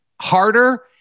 harder